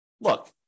look